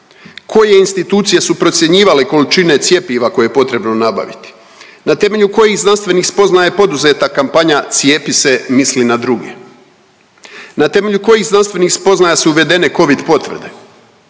Koje institucije su procjenjivale količine cjepiva koje je potrebno nabaviti? Na temelju kojih znanstvenih spoznaja je poduzeta kampanja cijepi se, misli na druge? Na temelju kojih znanstvenih spoznaja su uvedene covid potvrde?